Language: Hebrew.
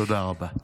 תודה רבה.